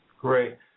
Great